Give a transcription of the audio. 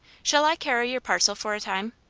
shall i carry your parcel for a time?